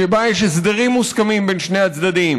שיש בה הסדרים מוסכמים בין שני הצדדים,